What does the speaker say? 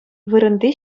вырӑнти